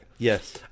Yes